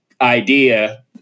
idea